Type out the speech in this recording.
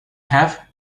have